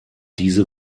diese